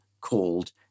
called